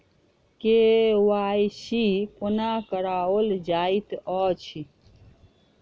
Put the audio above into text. KYC कोना कराओल जाइत अछि?